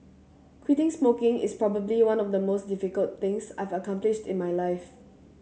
quitting smoking is probably one of the most difficult things I've accomplished in my life